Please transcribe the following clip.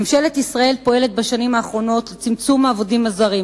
ממשלת ישראל פועלת בשנים האחרונות לצמצום מספר העובדים הזרים,